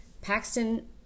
Paxton